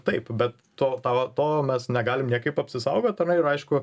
taip bet to ta to mes negalim niekaip apsisaugot tame yra aišku